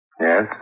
Yes